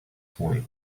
point